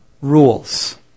Rules